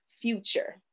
future